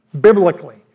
biblically